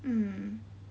mm